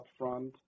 upfront